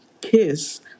Kiss